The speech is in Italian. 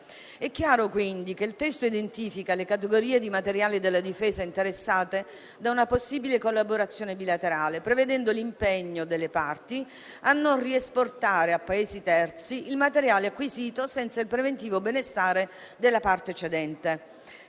È chiaro quindi che il testo identifica le categorie di materiali della Difesa interessate da una possibile collaborazione bilaterale, prevedendo l'impegno delle parti a non riesportare a Paesi terzi il materiale acquisito senza il preventivo benestare della parte cedente.